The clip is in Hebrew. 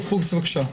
בבקשה.